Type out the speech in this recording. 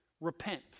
Repent